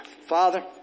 Father